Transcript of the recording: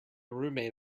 roommate